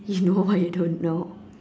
you know what you don't know